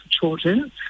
children